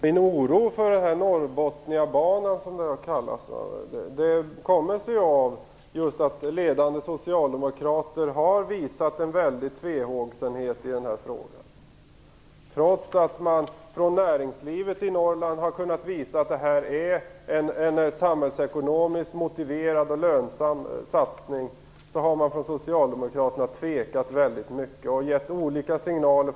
Herr talman! Min oro för den s.k. Norrbotniabanan kommer sig av att ledande socialdemokrater visat en väldig tvehågsenhet i den här frågan. Trots att näringslivet i Norrland har kunnat visa att det är en samhällsekonomiskt motiverad och lönsam satsning har socialdemokraterna tvekat väldigt mycket. Olika företrädare har gett olika signaler.